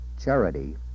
Charity